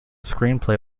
screenplay